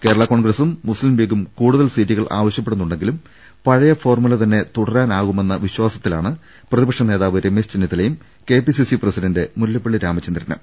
കേരളാ കോൺഗ്രസും മുസ്ലീം ലീഗും കൂടുതൽ സീറ്റുകൾ ആവശ്യപ്പെടുന്നുണ്ടെങ്കിലും പഴയ ഫോർമുല തന്നെ തുടരാനാകു മെന്ന വിശ്വാസത്തിലാണ് പ്രതിപക്ഷ നേതാവ് രമേശ് ചെന്നിത്തലയും കെപിസിസി പ്രസിഡന്റ് മുല്ലപ്പള്ളി രാമചന്ദ്രനും